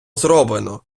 зроблено